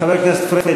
חבר הכנסת פריג',